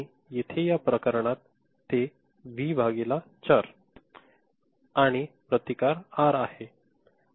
आणि येथे या प्रकरणात ते व्ही भागिले 4 आणि प्रतिकार आर आहे